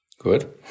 Good